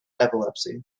epilepsy